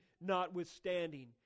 Notwithstanding